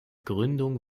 gründung